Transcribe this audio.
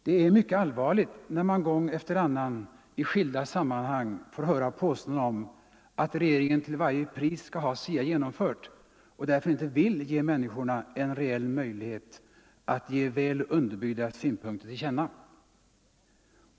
Det är mycket allvarligt när man gång efter annan i skilda sammanhang får höra påståenden om att regeringen till varje pris skall ha SIA genomfört och därför inte vill ge människorna en reell möjlighet att ge väl underbyggda synpunkter till känna.